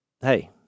hey